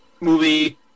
movie